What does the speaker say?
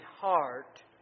heart